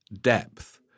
depth